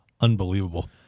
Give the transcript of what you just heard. Unbelievable